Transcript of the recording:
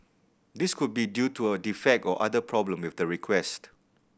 this could be due to a defect or other problem with the request